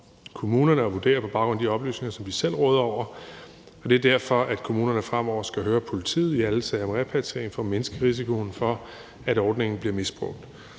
kommunerne at vurdere på baggrund af de oplysninger, som de selv råder over, og det er derfor, at kommunerne fremover skal høre politiet i alle sager om repatriering for at mindske risikoen for, at ordningen bliver misbrugt.